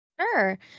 Sure